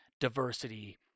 diversity